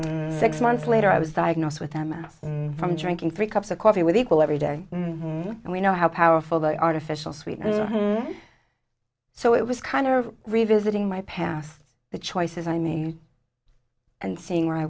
six months later i was diagnosed with a mass and from drinking three cups of coffee with equal every day and we know how powerful the artificial sweetener so it was kind of revisiting my past the choices i made and seeing where i